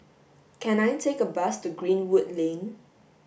can I take a bus to Greenwood Lane